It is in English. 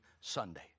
Sunday